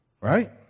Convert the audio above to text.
right